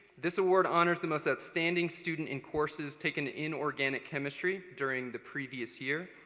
this award honors the most outstanding student in courses taken in organic chemistry during the previous year.